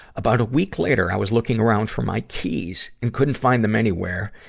about a week later, i was looking around for my keys and couldn't find them anywhere.